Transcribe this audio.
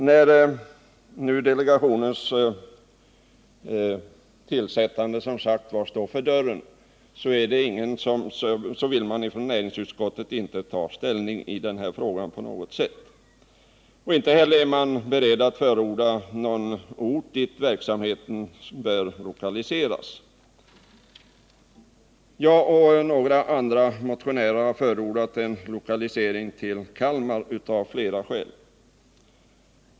När nu delegationens inrättande står för dörren vill man från näringsutskottet inte på något sätt ta ställning i frågan. Inte heller är man beredd att förorda någon ort dit verksamheten bör lokaliseras. Jag och några andra motionärer har förordat lokalisering i Kalmar av flera skäl.